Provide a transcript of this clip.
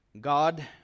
God